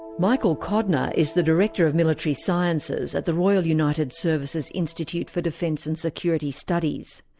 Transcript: michael codner is the director of military sciences at the royal united services institute for defence and security studies,